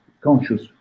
conscious